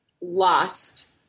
lost